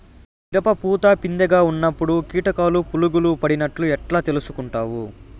మిరప పూత పిందె గా ఉన్నప్పుడు కీటకాలు పులుగులు పడినట్లు ఎట్లా తెలుసుకుంటావు?